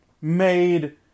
made